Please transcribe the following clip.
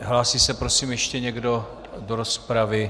Hlásí se, prosím, ještě někdo do rozpravy?